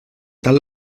tal